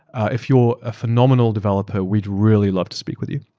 if you're a phenomenal developer, we'd really love to speak with you.